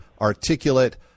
articulate